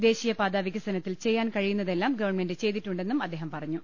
ദേശീയപാതാ വികസനത്തിൽ ചെയ്യാൻ കഴിയുന്നതെല്ലാം ഗവൺമെന്റ് ചെയ്തി ട്ടുണ്ടെന്നും അദ്ദേഹം പറഞ്ഞു